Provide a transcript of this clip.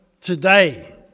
today